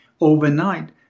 overnight